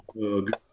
Good